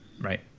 Right